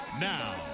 Now